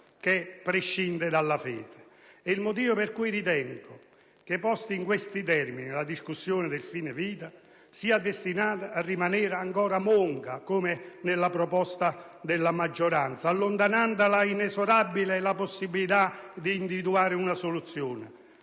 prescinde dalla fede. È il motivo per cui ritengo che, posta in questi termini, la discussione del fine vita sia destinata a rimanere ancora monca, come nella proposta della maggioranza, allontanando inesorabilmente la possibilità di individuare una soluzione.